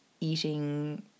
eating